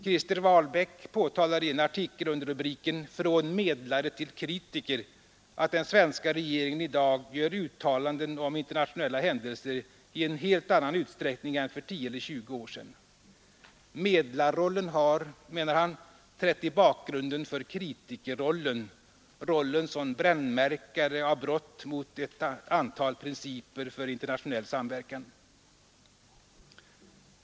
Krister Wahlbäck påtalar i en artikel under rubriken Från medlare till kritiker att ”den svenska regeringen i dag gör uttalanden om internationella händelser i en helt annan utsträckning än för 10 eller 20 år sedan”. ”Medlarrollen” har, menar han, trätt i bakgrunden för ”kritikerrollen”, rollen ”som brännmärkare av brott mot ett antal principer för internationell samverkan”.